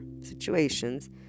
situations